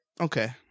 okay